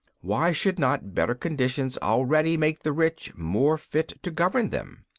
why should not better conditions already make the rich more fit to govern them?